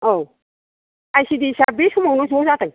औ I C D S आ बे समावनो ज' जादों